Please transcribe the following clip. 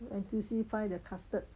N_T_U_C find the custard